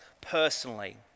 personally